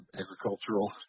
agricultural